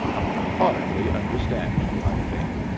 i hardly understand you, i think.